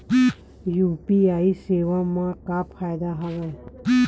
UPI सेवा मा का फ़ायदा हवे?